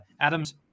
Adams